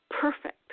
perfect